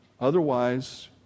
Otherwise